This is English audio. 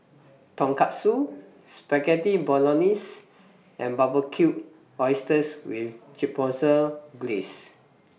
Tonkatsu Spaghetti Bolognese and Barbecued Oysters with Chipotle Glaze